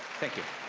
thank you.